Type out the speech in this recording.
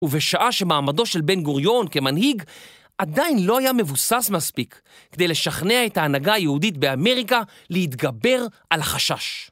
ובשעה שמעמדו של בן גוריון כמנהיג, עדיין לא היה מבוסס מספיק כדי לשכנע את ההנהגה היהודית באמריקה להתגבר על החשש.